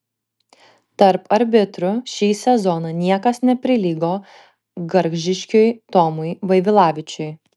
tarp arbitrų šį sezoną niekas neprilygo gargždiškiui tomui vaivilavičiui